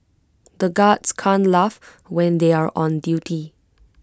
the guards can't laugh when they are on duty